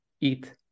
eat